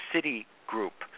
Citigroup